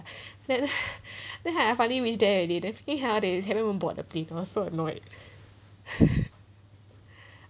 then then I have finally reached there already then freaking hell they haven't even board the plane so annoyed